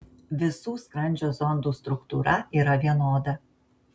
visų skrandžio zondų struktūra yra vienoda